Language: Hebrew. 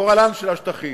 גורלם של השטחים.